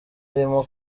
arimo